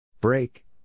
Break